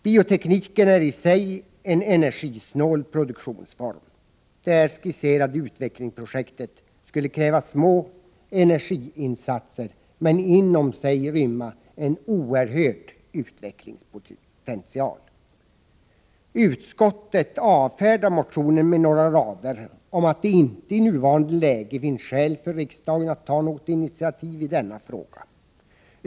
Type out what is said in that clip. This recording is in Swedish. Biotekniken ärisig en energisnål produktionsform. Det här skisserade utvecklingsprojektet skulle kräva små energiinsatser men inom sig rymma en oerhörd utvecklingspotential. Utskottet avfärdar motionen med några rader om att det i nuvarande läge inte finns skäl för riksdagen att ta något initiativ i denna fråga.